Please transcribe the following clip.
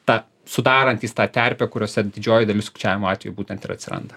ta sudarantys tą terpę kuriose didžioji dalis sukčiavimo atvejų būtent ir atsiranda